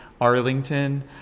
Arlington